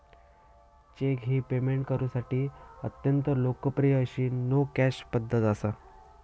check ही payment करुसाठी अत्यंत लोकप्रिय अशी नो कॅश पध्दत असा